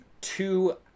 two